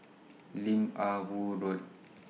Lim Ah Woo Road